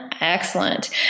excellent